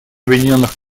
объединенных